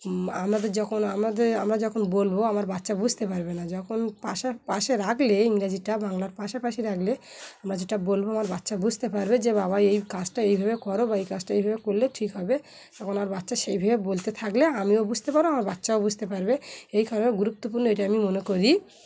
আমাদের যখন আমাদের আমরা যখন বলবো আমার বাচ্চা বুঝতে পারবে না যখন পাশে পাশে রাখলে ইংরাজিটা বাংলার পাশাপাশি রাখলে আমরা যেটা বলবো আমার বাচ্চা বুঝতে পারবে যে বাবা এই কাজটা এইভাবে করো বা এই কাজটা এইভাবে করলে ঠিক হবে তখন আর বাচ্চা সেইভাবে বলতে থাকলে আমিও বুঝতে পারো আমার বাচ্চাও বুঝতে পারবে এই কারণে গুরুত্বপূর্ণ এটা আমি মনে করি